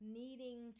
needing